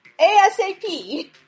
ASAP